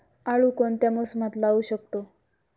आळू कोणत्या मोसमात लावू शकतो?